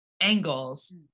angles